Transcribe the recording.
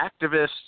activists